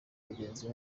mugenzi